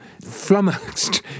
flummoxed